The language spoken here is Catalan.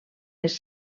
les